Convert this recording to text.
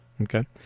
Okay